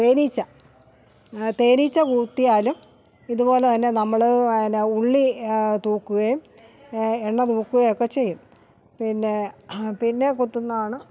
തേനീച്ച തേനീച്ച കുത്തിയാലും ഇതുപോലെ തന്നെ നമ്മള് ഉള്ളി തൂക്കുകയും എണ്ണ തൂക്കുകയും ഒക്കെ ചെയ്യും പിന്നെ പിന്നെ കുത്തുന്നതാണ്